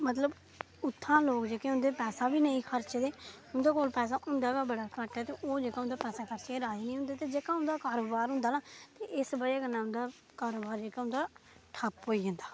मतलब उत्थूं दे लोक जेह्के होंदे पैसे बी निं खर्चदे उं'दे कोल पैसा होंदा गै बड़ा घट्ट ऐ ते ओह् जेह्के होंदे पैसे खर्चियै राजी निं होंदे ते जेह्का उं'दा कारोबारर होंदा ना इस वजह् कन्नै उंदा कारोबार जेह्का उं'दा ठप्प होई जंदा